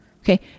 Okay